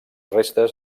restes